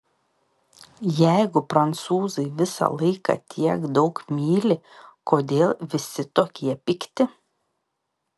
jeigu prancūzai visą laiką tiek daug myli kodėl visi tokie pikti